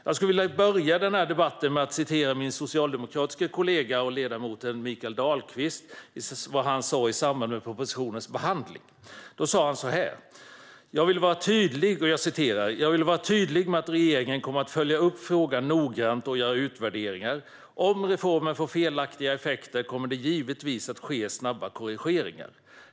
Jag vill inleda den här debatten med att citera min socialdemokratiske kollega och ledamoten Mikael Dahlqvist. I samband med propositionens behandling sa han följande: "Jag vill vara tydlig med att regeringen kommer att följa upp frågan noggrant och göra utvärderingar. Om reformen får felaktiga effekter kommer det givetvis att ske korrigeringar.